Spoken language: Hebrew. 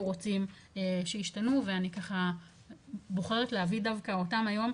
רוצים שישתנו ואני ככה בוחרת להביא דווקא אותם היום,